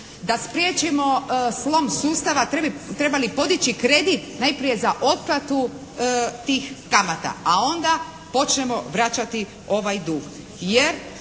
da spriječimo slom sustava trebali podiči kredit najprije za otplatu tih kamata, a onda počnemo vraćati ovaj dug.